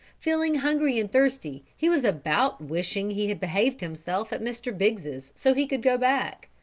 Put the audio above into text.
feeling hungry and thirsty he was about wishing he had behaved himself at mr. biggses so he could go back,